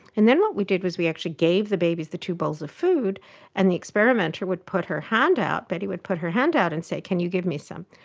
and then what we did was we actually gave the babies the two bowls of food and the experimenter would put her hand out, betty would put her hand out and say, can you give me some?